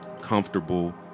comfortable